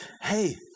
hey